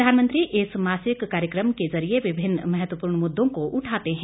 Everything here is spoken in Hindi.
प्रधानमंत्री इस मासिक कार्यक्रम के जरिये विभिन्न महत्वपूर्ण मुद्दों को उठाते हैं